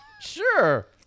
Sure